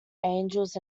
angels